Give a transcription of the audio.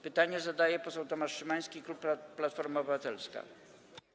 Pytanie zadaje poseł Tomasz Szymański, klub Platforma Obywatelska.